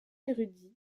érudit